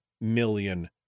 million